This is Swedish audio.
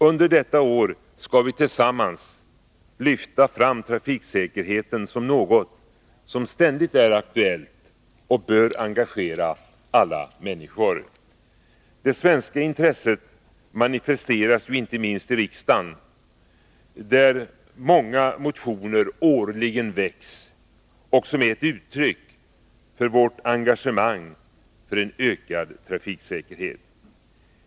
Under detta år skall vi tillsammans lyfta fram trafiksäkerheten som något som ständigt är aktuellt och bör engagera alla människor. Det svenska intresset manifesteras ju inte minst i riksdagen, där många motioner årligen väcks — och som är ett uttryck för vårt engagemang för en ökad trafiksäkerhet.